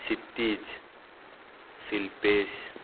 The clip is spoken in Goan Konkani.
सितीज शिल्पेश